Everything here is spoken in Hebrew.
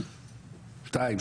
2%,